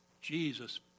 Jesus